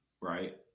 Right